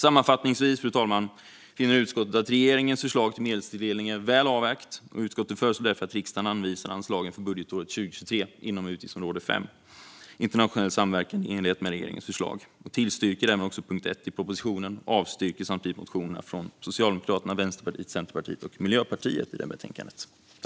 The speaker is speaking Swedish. Sammanfattningsvis finner utskottet att regeringens förslag till medelstilldelning är väl avvägt, och utskottet föreslår därför att riksdagen anvisar anslagen för budgetåret 2023 inom utgiftsområde 5 Internationell samverkan i enlighet med regeringens förslag. Utskottet tillstyrker därmed punkt 1 i propositionen och avstyrker samtidigt motionerna från Socialdemokraterna, Vänsterpartiet, Centerpartiet och Miljöpartiet i betänkandet.